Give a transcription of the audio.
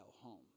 home